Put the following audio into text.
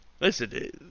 Listen